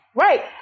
Right